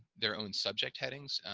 their own subject headings,